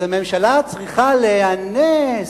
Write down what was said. אז הממשלה צריכה להיאנס,